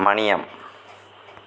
Maniam